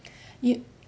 you